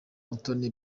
mutoni